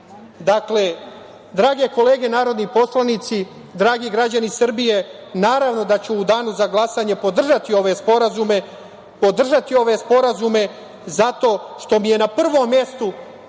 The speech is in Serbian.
zdanje. Dakle, drage kolege narodni poslanici, dragi građani Srbije, naravno da ću u danu za glasanje podržati ove sporazume zato što mi je na prvom mestu